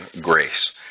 grace